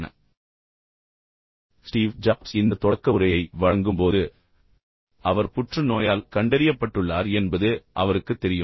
நினைவில் கொள்ளுங்கள் Steve Jobs இந்த தொடக்க உரையை வழங்கும்போது அவர் புற்றுநோயால் கண்டறியப்பட்டுள்ளார் என்பது அவருக்குத் தெரியும்